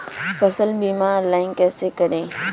फसल बीमा ऑनलाइन कैसे करें?